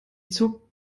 zog